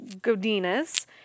Godinez